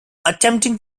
attempting